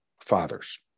fathers